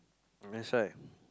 that's why